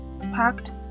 packed